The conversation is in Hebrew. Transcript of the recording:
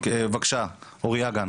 בבקשה, אוריה גן.